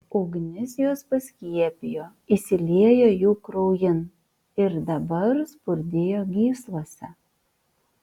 ugnis juos paskiepijo įsiliejo jų kraujin ir dabar spurdėjo gyslose